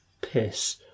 piss